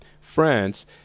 France